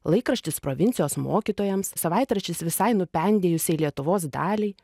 laikraštis provincijos mokytojams savaitraštis visai nupendėjusiai lietuvos daliai